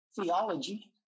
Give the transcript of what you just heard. theology